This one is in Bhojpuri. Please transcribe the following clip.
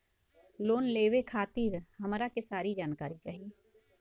लोन लेवे खातीर हमरा के सारी जानकारी चाही?